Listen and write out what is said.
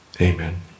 Amen